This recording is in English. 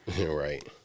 right